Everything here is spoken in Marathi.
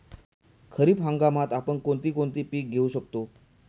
खरीप हंगामात आपण कोणती कोणती पीक घेऊ शकतो?